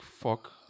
fuck